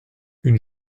une